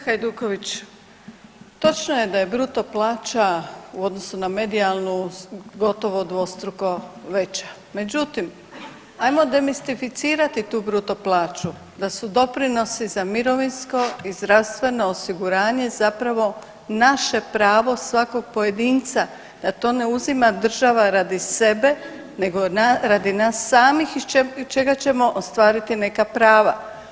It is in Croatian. Kolega Hajduković, točno je da je bruto plaća u odnosu na medijalnu gotovo dvostruko veća, međutim ajmo demistificirati tu bruto plaću, da su doprinosi za mirovinsko i zdravstveno osiguranje zapravo naše pravo svakog pojedinca da to ne uzima država radi sebe nego radi nas samih iz čega ćemo ostvariti neka prava.